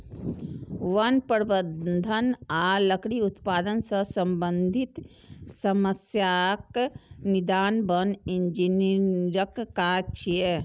वन प्रबंधन आ लकड़ी उत्पादन सं संबंधित समस्याक निदान वन इंजीनियरक काज छियै